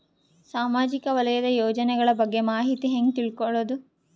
ಸಾಮಾಜಿಕ ವಲಯದ ಯೋಜನೆಗಳ ಬಗ್ಗೆ ಮಾಹಿತಿ ಹ್ಯಾಂಗ ತಿಳ್ಕೊಳ್ಳುದು?